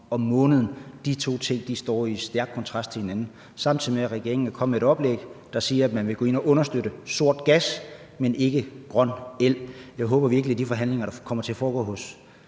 om måneden. De to ting står i stærk kontrast til hinanden. Samtidig er regeringen kommet med et oplæg, der siger, at man vil gå ind og understøtte sort gas, men ikke grøn el. Jeg håber virkelig, at de forhandlinger, der kommer til at foregå hos